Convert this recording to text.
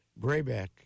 Brayback